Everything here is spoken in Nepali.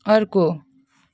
अर्को